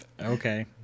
Okay